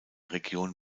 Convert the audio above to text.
region